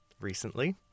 recently